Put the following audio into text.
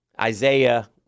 isaiah